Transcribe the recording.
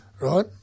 right